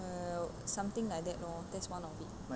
err something like that lor that's one of it